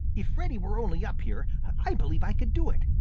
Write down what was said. if reddy were only up here, i believe i could do it,